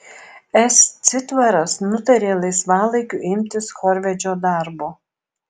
s citvaras nutarė laisvalaikiu imtis chorvedžio darbo